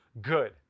good